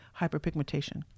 hyperpigmentation